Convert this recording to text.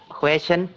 question